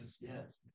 Yes